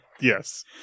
Yes